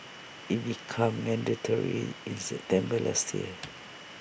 IT became mandatory in September last year